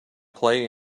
play